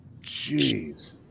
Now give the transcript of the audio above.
Jeez